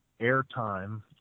airtime